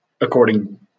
according